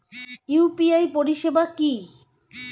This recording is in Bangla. ইউ.পি.আই পরিষেবা কি?